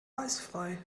eisfrei